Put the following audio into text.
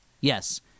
Yes